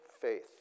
faith